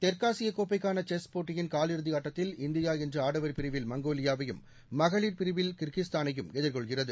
தெற்காசிய கோப்பைக்கான செஸ் போட்டியின் காலிறுதி ஆட்டத்தில் இந்தியா இன்று ஆடவர் பிரிவில் மங்கோலியாவையும் மகளிர் பிரிவில் கிர்கிஸ்தானையும் எதிர்கொள்கிறது